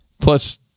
Plus